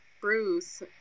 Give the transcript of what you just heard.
bruce